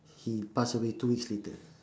he pass away two weeks later